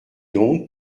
donc